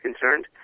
concerned